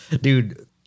Dude